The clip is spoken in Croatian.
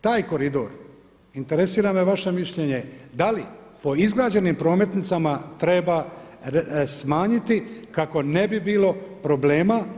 Taj koridor, interesira me vaše mišljenje, da li po izgrađenim prometnicama treba smanjiti kako ne bi bilo problema.